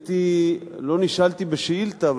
לא נשאלתי בשאילתא,